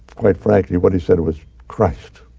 quite frankly, what he said was, christ.